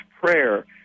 prayer